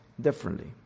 differently